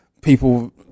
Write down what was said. people